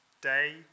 day